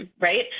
right